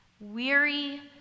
weary